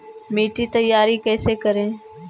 मिट्टी तैयारी कैसे करें?